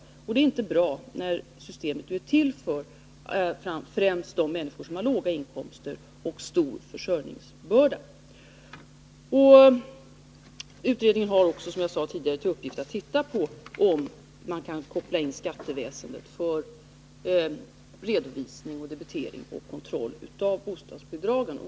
Det är inte bra, eftersom systemet är till främst för människor med låga inkomster och stor försörjningsbörda. Utredningen har också, som jag sade tidigare, till uppgift att undersöka om man kan koppla in skatteväsendet för redovisning, debitering och kontroll av bostadsbidragen.